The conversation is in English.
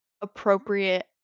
appropriate